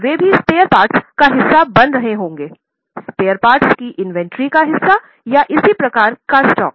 वे भी spare parts का हिस्सा बन रहे होंगेस्पेयर पार्ट्स की इन्वेंट्री का हिस्सा या इसी प्रकार के स्टॉक